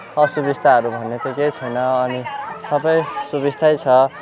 असुबिस्ताहरू भन्ने त केही छैन अनि सबै सुबिस्तै छ